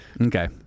Okay